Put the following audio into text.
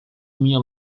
minha